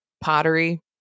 pottery